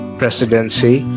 presidency